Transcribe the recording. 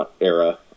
era